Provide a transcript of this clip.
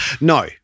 No